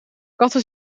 katten